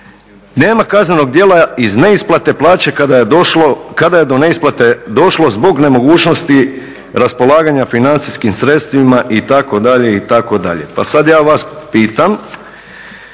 "nema kaznenog djela iz neisplate plaće kada je do neisplate došlo zbog nemogućnosti raspolaganja financijskim sredstvima itd.,